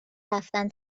ورفتن